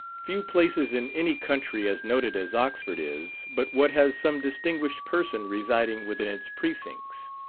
few places in any country as noted as oxford is, but what has some distinguished person residing within its precincts.